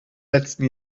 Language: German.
letzten